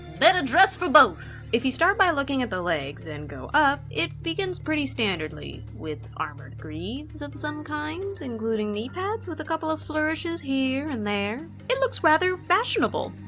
better dress for both! if you start by looking at the legs and go up, it begins pretty standardly with armored greaves of some kind, including knee pads with a couple of flourishes here and there. it looks rather fashionable.